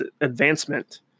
advancement